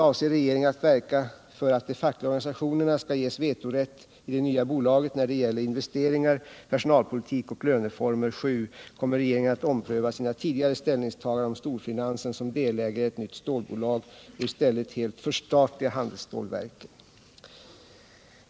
Avser regeringen att verka för att de fackliga organisationerna skall ges vetorätt i det nya bolaget när det gäller investeringar, personalpolitik och löneformer? 7. Kommer regeringen att ompröva sina tidigare ställningstaganden om storfinansen som delägare i ett nytt stålbolag och i stället helt förstatliga handelsstålverken?